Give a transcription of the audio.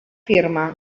firma